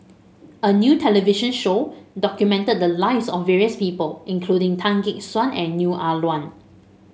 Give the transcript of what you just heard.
a new television show documented the lives of various people including Tan Gek Suan and Neo Ah Luan